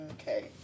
Okay